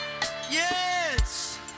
Yes